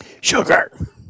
Sugar